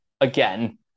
again